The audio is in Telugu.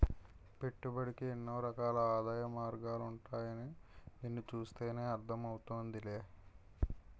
పెట్టుబడికి ఎన్నో రకాల ఆదాయ మార్గాలుంటాయని నిన్ను చూస్తేనే అర్థం అవుతోందిలే